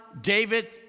David